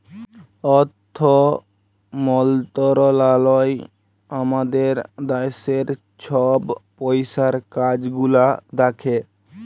অথ্থ মলত্রলালয় আমাদের দ্যাশের ছব পইসার কাজ গুলা দ্যাখে